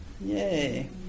Yay